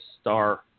star